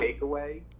takeaway